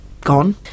gone